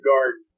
Garden